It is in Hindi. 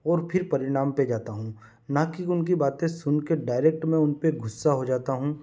और फिर परिणाम पर जाता हूँ न कि उनकी बातें सुन कर डायरेक्ट में उन पर गुस्सा हो जाता हूँ